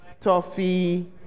toffee